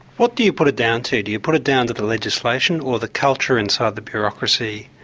what do you put it down to? do you put it down to the legislation, or the culture inside the bureaucracy,